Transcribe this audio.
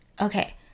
Okay